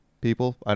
people